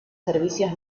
servicios